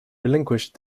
relinquished